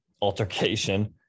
altercation